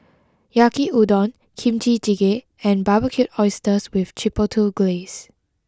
Yaki Udon Kimchi Jjigae and Barbecued Oysters with Chipotle Glaze